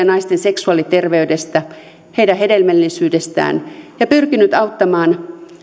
naisten seksuaaliterveydestä heidän hedelmällisyydestään ja pyrkinyt auttamaan